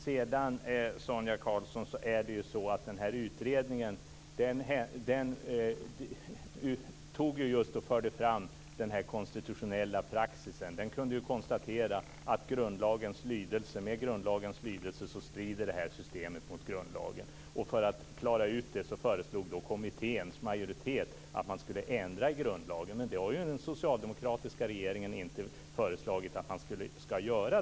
Sedan är det så, Sonia Karlsson, att utredningen förde fram den konstitutionella praxisen. Den kunde konstatera att systemet med grundlagens lydelse strider mot grundlagen. För att klara ut det föreslog kommitténs majoritet att man skulle ändra i grundlagen, men det har den socialdemokratiska regeringen dessbättre inte föreslagit att man skall göra.